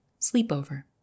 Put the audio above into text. Sleepover